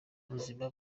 buzima